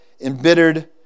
embittered